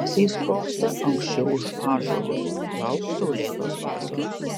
uosiai sprogsta anksčiau už ąžuolus lauk saulėtos vasaros